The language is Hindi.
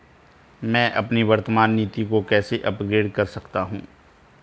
मैं अपनी वर्तमान नीति को कैसे अपग्रेड कर सकता हूँ?